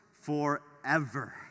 forever